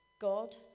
God